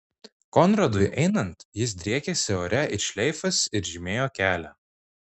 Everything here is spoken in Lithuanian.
konradui einant jis driekėsi ore it šleifas ir žymėjo kelią